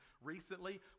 recently